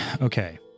Okay